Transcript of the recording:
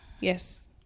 Yes